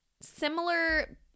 similar